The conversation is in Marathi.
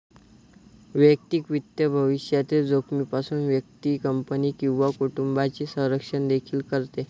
वैयक्तिक वित्त भविष्यातील जोखमीपासून व्यक्ती, कंपनी किंवा कुटुंबाचे संरक्षण देखील करते